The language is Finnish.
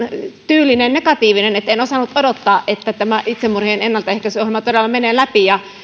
tyyliltään negatiivinen niin en osannut odottaa että tämä itsemurhien ennaltaehkäisyohjelma todella menee läpi